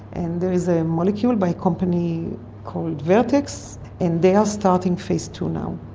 and there is a molecule by a company called vertex and they are starting phase two now.